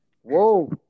Whoa